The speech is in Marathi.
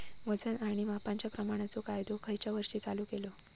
वजन आणि मापांच्या प्रमाणाचो कायदो खयच्या वर्षी चालू केलो?